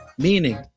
Meaning